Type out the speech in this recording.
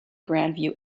grandview